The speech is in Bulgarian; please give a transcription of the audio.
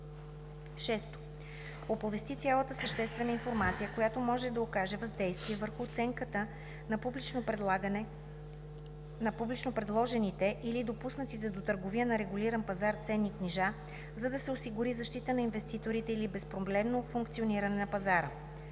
6. оповести цялата съществена информация, която може да окаже въздействие върху оценката на публично предложените или допуснатите до търговия на регулиран пазар ценни книжа, за да се осигури защита на инвеститорите или безпроблемното функциониране на пазара;